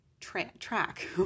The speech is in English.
track